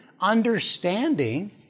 understanding